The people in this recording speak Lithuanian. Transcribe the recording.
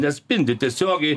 neatspindi tiesiogiai